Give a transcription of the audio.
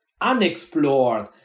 unexplored